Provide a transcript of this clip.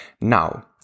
Now